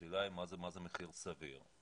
השאלה היא מה זה מחיר סביר.